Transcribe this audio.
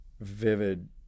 vivid